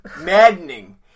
maddening